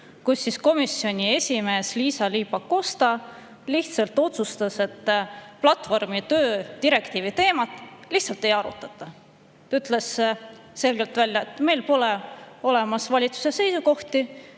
kus komisjoni esimees Liisa-Ly Pakosta otsustas, et platvormitöö direktiivi teemat lihtsalt ei arutata. Ta ütles selgelt välja, et meil pole olemas valitsuse seisukohti